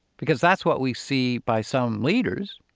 because that's what we see by some leaders,